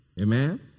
Amen